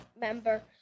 member